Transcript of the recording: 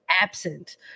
absent